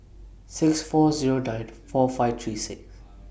six four Zero nine four five three six